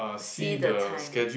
see the time